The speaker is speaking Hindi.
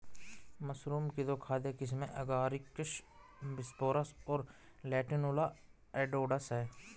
मशरूम की दो खाद्य किस्में एगारिकस बिस्पोरस और लेंटिनुला एडोडस है